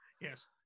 Yes